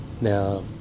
now